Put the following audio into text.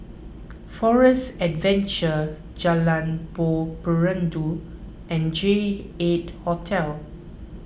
Forest Adventure Jalan Buloh Perindu and J eight Hotel